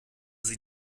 sie